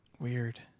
Weird